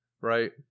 right